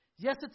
Yes